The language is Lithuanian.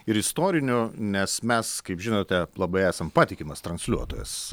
ir istorinių nes mes kaip žinote labai esam patikimas transliuotojas